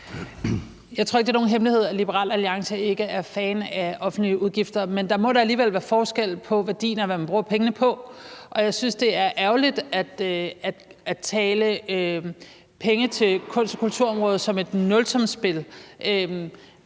Jeg tror ikke, det er nogen hemmelighed, at Liberal Alliance ikke er fan af offentlige udgifter. Men der må da alligevel være forskel på værdien af, hvad man bruger pengene på. Og jeg synes, det er ærgerligt at tale om penge til kunst- og kulturområdet som et nulsumsspil.